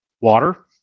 water